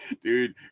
Dude